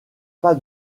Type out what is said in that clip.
pas